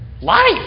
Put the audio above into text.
Life